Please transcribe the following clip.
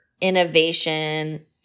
innovation